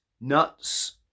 nuts